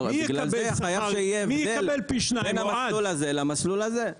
לכן חייבים שיהיה הבדל בין המסלול הזה למסלול הזה.